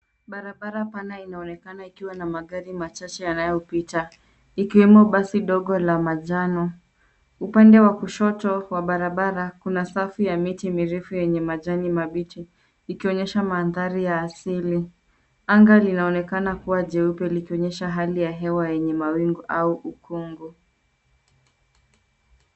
Barabara pana inaonekana ikiwa na magari machache yanayopita, ikiwemo basi dogo la manjano. Upande wa kushoto wa barabara, kuna safu ya miti mirefu yenye majani mabichi, ikionyesha mandhari ya asili. Anga linaonekana kuwa jeupe likionyesha hali ya hewa yenye mawingu au ukungu.